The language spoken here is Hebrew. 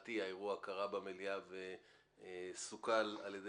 לדעתי האירוע קרה במליאה וסוכל על ידי